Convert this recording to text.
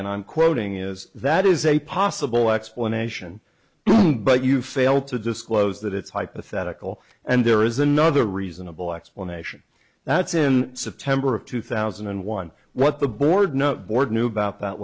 and i'm quoting is that is a possible explanation but you failed to disclose that it's hypothetical and there is another reasonable explanation that's in september of two thousand and one what the board no board knew about that